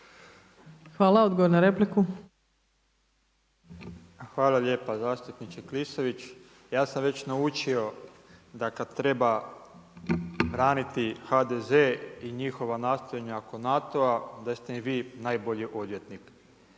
Branimir (Živi zid)** Hvala lijepa zastupniče Klisović. Ja sam već naučio da kad treba braniti HDZ i njihova nastojanja oko NATO-a da ste mi vi najbolji odvjetnik.